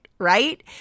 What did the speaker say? Right